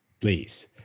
please